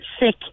sick